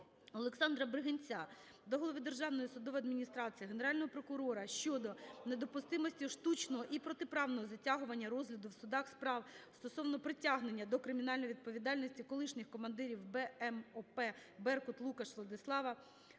Олександра Бригинця до голови Державної судової адміністрації, Генерального прокурора щодо недопустимості штучного і протиправного затягування розгляду у судах справ стосовно притягнення до кримінальної відповідальності колишніх командирів БМОП "Беркут" Лукаша Владислава,